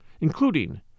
including